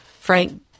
Frank